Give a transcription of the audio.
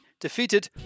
defeated